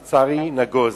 לצערי, נגוז.